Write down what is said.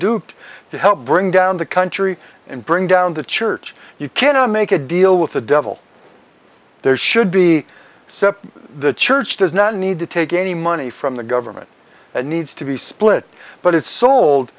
duped to help bring down the country and bring down the church you cannot make a deal with the devil there should be sept the church does not need to take any money from the government it needs to be split but it's sold